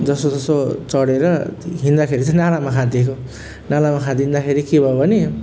जसोतसो चढेर हिँड्दाखेरि चाहिँ नालामा खाँदिएको नालामा खादिँदाखेरि के भयो भने